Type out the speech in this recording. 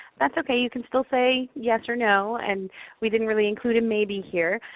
that's okay. you can still say yes or no. and we didn't really include a maybe here,